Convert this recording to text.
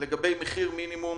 לגבי מחיר מינימום